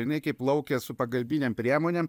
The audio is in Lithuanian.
jinai kai plaukia su pagalbinėm priemonėm